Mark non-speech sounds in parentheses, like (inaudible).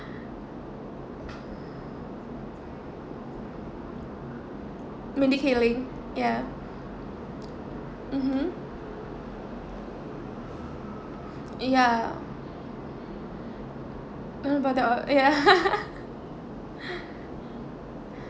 mindy kaling ya mmhmm ya but that ya (laughs)